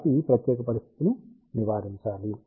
కాబట్టి ఈ ప్రత్యేక పరిస్థితిని నివారించాలి